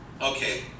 Okay